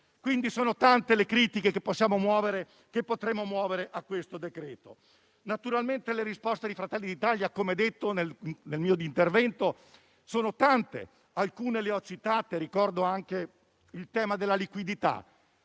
quindi le critiche che potremmo muovere a questo decreto. Naturalmente le risposte di Fratelli d'Italia, come ho detto, sono tante. Alcune le ho citate. Ricordo anche il tema della liquidità: